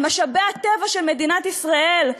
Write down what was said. על משאבי הטבע של מדינת ישראל,